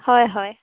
হয় হয়